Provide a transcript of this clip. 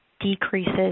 decreases